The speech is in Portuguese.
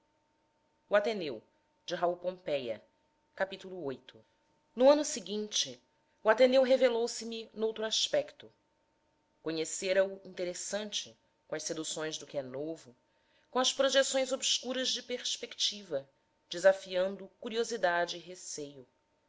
todos aclamando o no ano seguinte o ateneu revelou se me noutro aspecto conhecera o interessante com as seduções do que é novo com as projeções obscuras de perspectiva desafiando curiosidade e receio